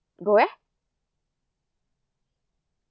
go where